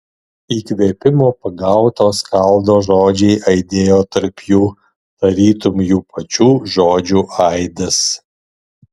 įkvėpimo pagauto skaldo žodžiai aidėjo tarp jų tarytum jų pačių žodžių aidas